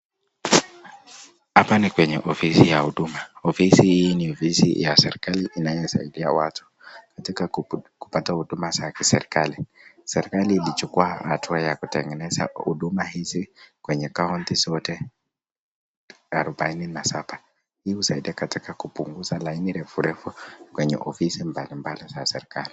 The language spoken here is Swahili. Hapa ni kwenye ofisi ya huduma. Ofisi hii ni ofisi ya serikali inayosaidia watu, ukitaka kupata huduma za kiserikali. Serikali ilichukua hatua ya kutengeneza huduma hizi kwenye kaunti zote arobaini na saba. Hii husaidia katika kupunguza laini refu refu kwenye ofisi mbalimbali za serikali.